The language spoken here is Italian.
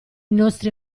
nostri